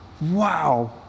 wow